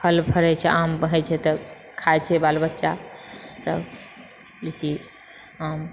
फल फड़ेै छे आम होइछै तऽ खाए छै बाल बच्चासब लीची आम